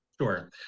Sure